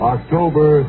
October